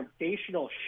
foundational